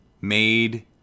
made